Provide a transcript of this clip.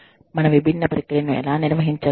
మన విభిన్న ప్రక్రియలను ఎలా నిర్వహించగలం